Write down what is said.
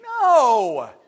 No